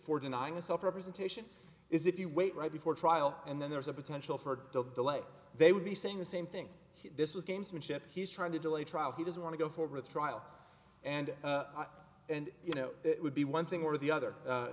for denying myself representation is if you wait right before trial and then there's a potential for the delay they would be saying the same thing this was gamesmanship he's trying to delay trial he doesn't want to go forward to trial and and you know it would be one thing or the